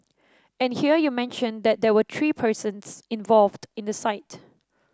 and here you mention that there were three persons involved in the site